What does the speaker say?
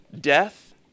death